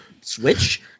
switch